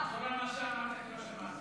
לא הקשבת בכלל למה שהוא אמר.